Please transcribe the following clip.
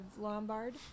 Lombard